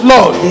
Lord